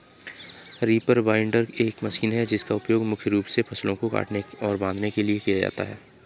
reaper binder एक machine है जिसका उपयोग मुख्य रूप से फसलों को काटने और बांधने के लिए किया जाता है